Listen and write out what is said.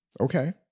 Okay